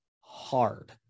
hard